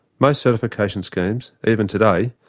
most certification schemes, even today,